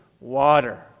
water